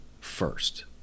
first